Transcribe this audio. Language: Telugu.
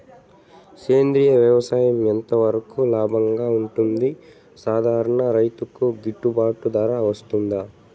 సేంద్రియ వ్యవసాయం ఎంత వరకు లాభంగా ఉంటుంది, సాధారణ రైతుకు గిట్టుబాటు ధర వస్తుందా?